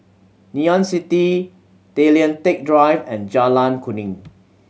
Ngee Ann City Tay Lian Teck Drive and Jalan Kuning